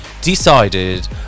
decided